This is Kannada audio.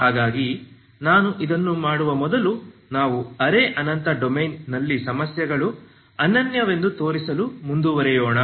ಹಾಗಾಗಿ ನಾನು ಇದನ್ನು ಮಾಡುವ ಮೊದಲು ನಾವು ಅರೆ ಅನಂತ ಡೊಮೇನ್ನಲ್ಲಿನ ಸಮಸ್ಯೆಗಳು ಅನನ್ಯವೆಂದು ತೋರಿಸಲು ಮುಂದುವರಿಯೋಣ